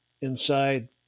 inside